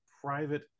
private